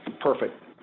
perfect